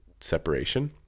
separation